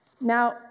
Now